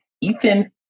Ethan